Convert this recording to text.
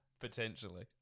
potentially